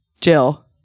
Jill